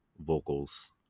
vocals